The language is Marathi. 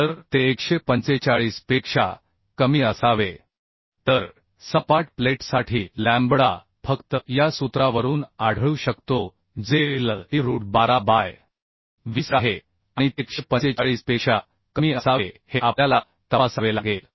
तर ते 145 पेक्षा कमी असावे तर सपाट प्लेटसाठी लॅम्बडा फक्त या सूत्रावरून आढळू शकतो जे L e रूट 12 बाय 20 आहे आणि ते 145 पेक्षा कमी असावे हे आपल्याला तपासावे लागेल